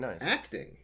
acting